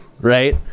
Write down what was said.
right